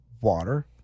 water